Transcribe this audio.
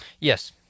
yes